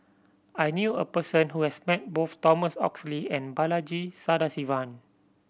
I knew a person who has met both Thomas Oxley and Balaji Sadasivan